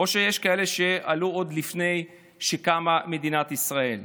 או שיש כאלו שעלו עוד לפני שקמה מדינת ישראל.